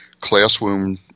classroom